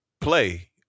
play